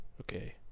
Okay